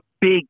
big